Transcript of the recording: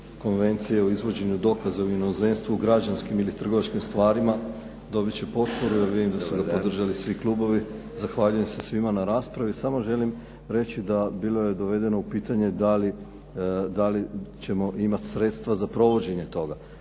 Konvencije o izvođenju dokaza u inozemstvu građanskim ili trgovačkim stvarima dobit će potporu jer vidim da su ga podržali svi klubovi. Zahvaljujem se svima na raspravi. Samo želim reći da bilo je dovedeno u pitanje da li ćemo imat sredstva za provođenje toga.